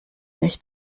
nicht